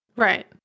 Right